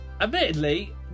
Admittedly